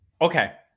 Okay